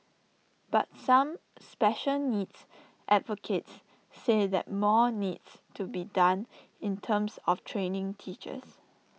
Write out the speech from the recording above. but some special needs advocates say that more needs to be done in terms of training teachers